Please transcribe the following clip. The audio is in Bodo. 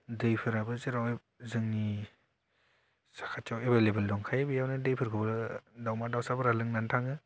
दैफोराबो जेरावहाय जोंनि साखाथियाव एबेललेबेल दंखायो बेयावनो दैफोरखौ दावमा दावसाफोरा लोंनानै थाङो